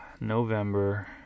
November